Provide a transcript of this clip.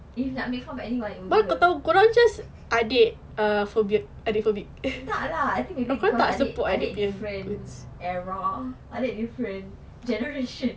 if nak make fun of anyone it would be her tak lah I think maybe because adik adik different era adik different generation